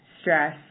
stress